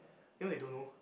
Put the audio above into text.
you know they don't know